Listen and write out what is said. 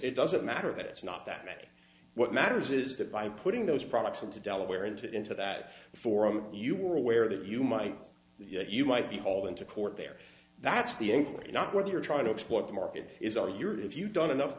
it doesn't matter that it's not that many what matters is that by putting those products into delaware and into that forum that you were aware that you might you might be hauled into court there that's the inquiry not whether you're trying to exploit the market is are your have you done enough